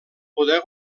poder